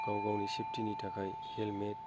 गाव गावनि सेफतिनि थाखाय हेल्मेट